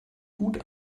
gut